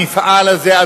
המפעל הזה,